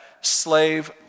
slave